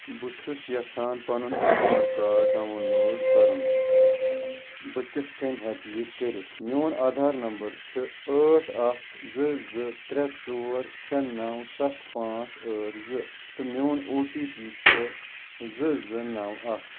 بہٕ چھُس یژھان پنُن آدھار کارڈ ڈاوُن لوڈ کرُن بہٕ کتھ کٔنۍ ہیٚکہٕ یہِ کٔرتھ میٛون آدھار نمبر چھُ ٲٹھ اکھ زٕ زٕ ترٛےٚ ژور شےٚ نَو ستھ پانٛژھ ٲٹھ زٕ تہٕ میٛون او ٹی پی چھُ زٕ زٕ نَو اکھ